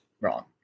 wrong